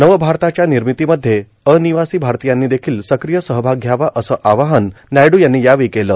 नवभारताच्या र्नामतीमध्ये र्आनवासी भारतीयांनी देखील सक्रीय सहभाग घ्यावा असं आवाहन नायडू यांनी यावेळी केलं